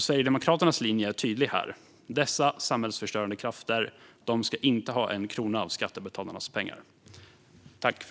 Sverigedemokraternas linje här är tydlig: Dessa samhällsförstörande krafter ska inte ha en krona av skattebetalarnas pengar.